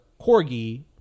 Corgi